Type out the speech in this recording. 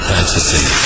Fantasy